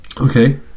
Okay